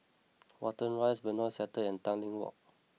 Watten Rise Benoi Sector and Tanglin Walk